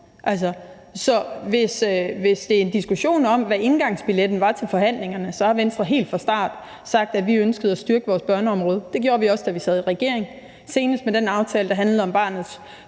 hvis det er en diskussion om, hvad indgangsbilletten var til forhandlingerne, så har Venstre helt fra starten sagt, at vi ønskede at styrke vores børneområde. Det gjorde vi også, da vi sad i regering, senest med den aftale, der handler om barnets